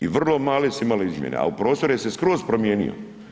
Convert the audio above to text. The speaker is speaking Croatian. I vrlo malo su imali izmjene, a prostor se skroz promijenio.